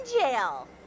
jail